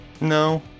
No